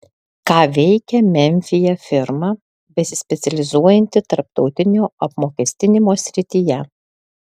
ką veikia memfyje firma besispecializuojanti tarptautinio apmokestinimo srityje